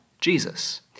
Jesus